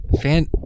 fan